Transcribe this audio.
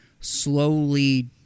slowly